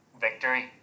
victory